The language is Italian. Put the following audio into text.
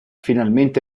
finalmente